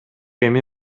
эми